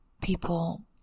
people